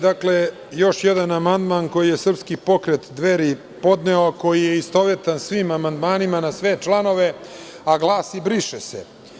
Dakle, još jedan amandman koji je srpski pokret Dveri podneo, koji je istovetan svim amandmanima na sve članove a glasi – briše se.